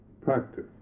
practice